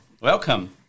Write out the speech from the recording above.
welcome